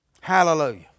Hallelujah